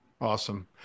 Awesome